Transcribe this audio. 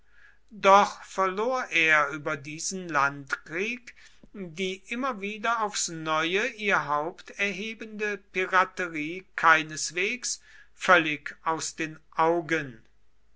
doch verlor er über diesen landkrieg die immer wieder aufs neue ihr haupt erhebende piraterie keineswegs völlig aus den augen